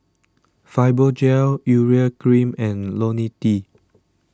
Fibogel Urea Cream and Lonil T